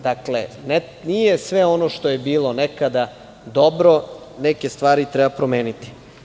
Dakle, nije sve ono što je bilo nekada - dobro, neke stvari treba promeniti.